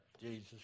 Jesus